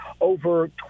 over